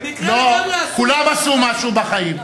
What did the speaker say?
במקרה עשו, כולם עשו משהו בחיים.